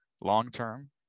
long-term